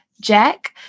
Jack